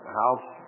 house